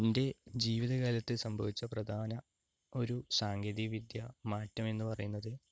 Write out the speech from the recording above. ൻ്റെ ജീവിതകാലത്ത് സംഭവിച്ച പ്രധാന ഒരു സാങ്കേതികവിദ്യ മാറ്റമെന്ന് പറയുന്നത്